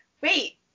wait